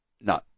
No